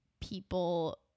people